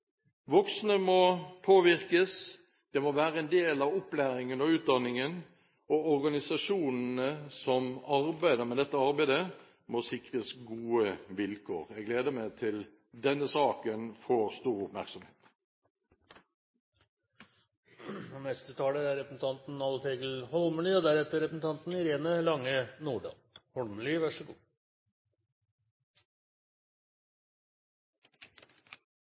Voksne må påvirkes, det må være en del av opplæringen og utdanningen, og organisasjonene som arbeider med dette, må sikres gode vilkår. Jeg gleder meg til denne saken får stor oppmerksomhet. Eg vil takke representanten